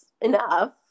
enough